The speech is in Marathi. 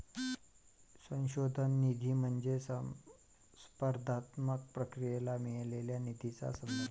संशोधन निधी म्हणजे स्पर्धात्मक प्रक्रियेद्वारे मिळालेल्या निधीचा संदर्भ